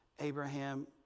Abraham